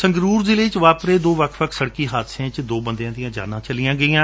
ਸੰਗਰੁਰ ਜਿਲ੍ਹੇ ਵਿੱਚ ਵਾਪਰੇ ਦੋ ਵੱਖ ਵੱਖ ਸੜਕ ਹਾਦਸਿਆਂ ਵਿੱਚ ਦੋ ਬੰਦਿਆਂ ਦੀਆਂ ਜਾਨਾਂ ਚਲੀਆਂ ਗਈਆਂ